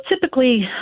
typically